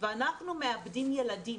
ואנחנו מאבדים ילדים.